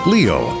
Leo